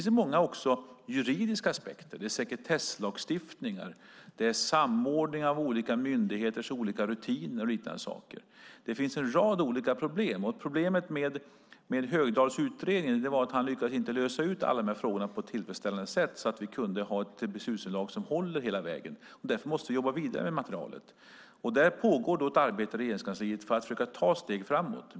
Sedan finns även många juridiska aspekter - sekretesslagstiftning, samordning av myndigheters olika rutiner och annat. Det finns således en rad problem. Problemet med Högdahls utredning var att han inte lyckades lösa alla dessa frågor på ett tillfredsställande sätt, så att vi hade fått ett beslutsunderlag som håller hela vägen. Därför måste vi jobba vidare med materialet. Det pågår ett arbete i Regeringskansliet för att försöka ta steg framåt.